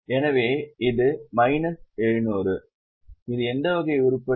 எனவே இது மைனஸ் 700 இது எந்த வகை உருப்படி